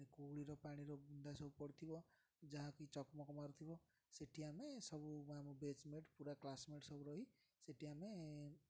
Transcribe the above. କୁହୁଡ଼ିର ପାଣିର ବୁନ୍ଦା ସବୁ ପଡ଼ିଥିବ ଯାହାକି ଚକ ମକ ମାରୁଥିବ ସେଠି ଆମେ ସବୁ ଆମ ବ୍ୟାଚ୍ ମେଟ୍ ପୁରା କ୍ଲାସ୍ ମେଟ୍ ସବୁ ରହି ସେଠି ଆମେ